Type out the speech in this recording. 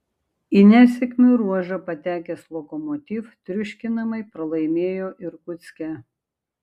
į nesėkmių ruožą patekęs lokomotiv triuškinamai pralaimėjo irkutske